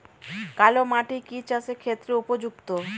কালো মাটি কি চাষের ক্ষেত্রে উপযুক্ত?